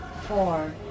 four